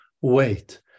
wait